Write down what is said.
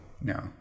No